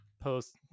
post